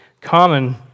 common